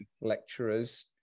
lecturers